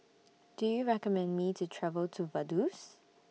Do YOU recommend Me to travel to Vaduz